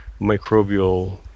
microbial